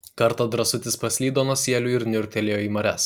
kartą drąsutis paslydo nuo sielių ir niurktelėjo į marias